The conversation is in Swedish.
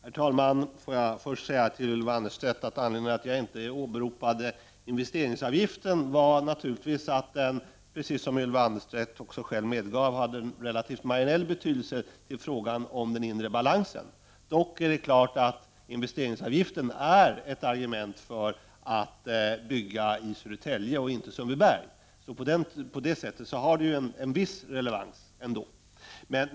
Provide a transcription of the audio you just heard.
Herr talman! Får jag först säga till Ylva Annerstedt att anledningen till att jag inte åberopade investeringsavgiften naturligtvis var att den — precis som Ylva Annerstedt själv medgav — hade en relativt marginell betydelse i fråga om den inre balansen. Dock är det klart att investeringsavgiften är ett argument för att bygga i Södertälje och inte i Sundbyberg. På det sättet har den ändå en viss relevans.